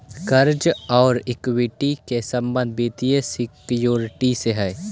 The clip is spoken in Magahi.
कर्जा औउर इक्विटी के संबंध वित्तीय सिक्योरिटी से हई